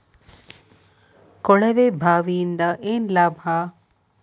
ಕೊಳವೆ ಬಾವಿಯಿಂದ ಏನ್ ಲಾಭಾ?